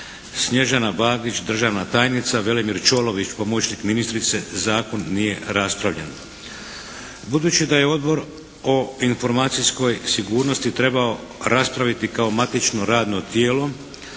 Snježana Bagić državna tajnica, Velimir Čolović pomoćnik ministrice, zakon nije raspravljen. Budući da je Odbor o informacijskoj sigurnosti trebao raspraviti kao matično radno tijelo